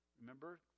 Remember